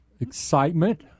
Excitement